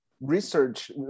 research